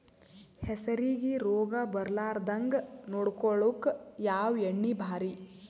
ಹೆಸರಿಗಿ ರೋಗ ಬರಲಾರದಂಗ ನೊಡಕೊಳುಕ ಯಾವ ಎಣ್ಣಿ ಭಾರಿ?